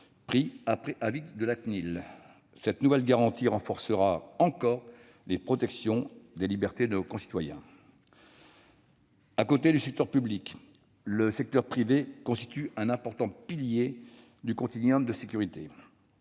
après avis de la CNIL. Cette nouvelle garantie renforcera encore la protection des libertés de nos concitoyens. À côté du secteur public, le secteur privé constitue un important pilier du continuum de sécurité.